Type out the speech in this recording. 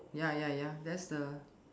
ya ya ya that's the